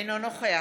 אינו נוכח